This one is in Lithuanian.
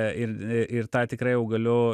ir ir tą tikrai jau galiu